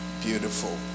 beautiful